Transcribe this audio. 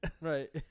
Right